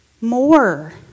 more